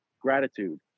gratitude